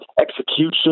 execution